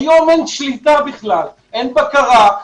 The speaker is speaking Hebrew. היום, אין שליטה בכלל, אין בקרה.